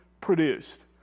produced